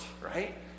right